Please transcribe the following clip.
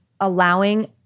allowing